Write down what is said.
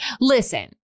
Listen